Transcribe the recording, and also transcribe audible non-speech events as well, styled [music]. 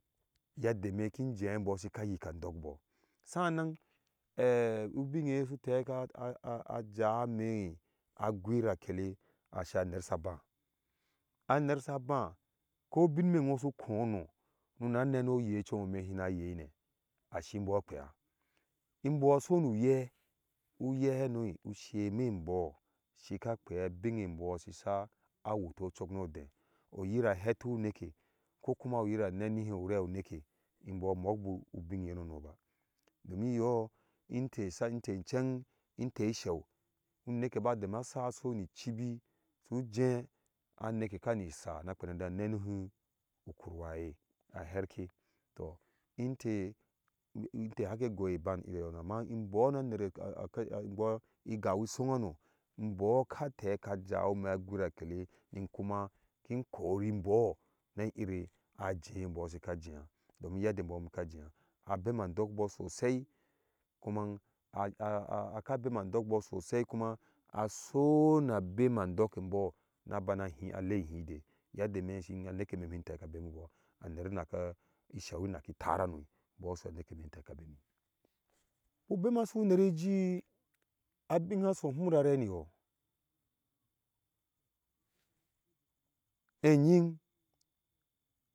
Yadda me kin jee imbɔɔ a shika yika dok bɔɔ saanna é ubun eye su teka a-a-a jamé a gwira kele asa a ner sa báá a ner sa báá ko bin me who sú kónó nuna neno oye comeeme shina yei ne ashin mbɔɔ a kweya imbɔɔ a sonu uye uyehanoi ase méébɔɔ shika kwiya abin embɔɔ shisa a wuto cokno deh oyira hetu hu neke ko kuma oyira nenihi urai oneke imbɔɔ mokbu ubin yenono ba domin iyo mtéé sa mde cheng mtéé. isheu uneke tani isáá na kwena je nenuhu ukurweye a harko to mte mte hake gaiyir ibang ire yenonoi amma imbɔɔ no aner éá mbɔ iguw isong ham imbɔɔ ka teka jawima a gwire a kele in kuma in kori mbɔɔ na iri ate mbɔɔ shika jeya domin yadda imbɔɔ shika jeye a bema ndok bo bo sosai kuma [hesitation] aka bema andok bo sosai kuma aso na bema andok embɔɔ na bana a lei ihide yadda eme shin ne na neke me shin teka bemi shi wheng a new naka show naka show naka tar hano bo bu bema so unerejii abin a sohun rare niyo eying